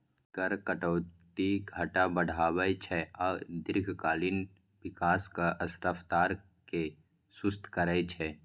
कर कटौती घाटा बढ़ाबै छै आ दीर्घकालीन विकासक रफ्तार कें सुस्त करै छै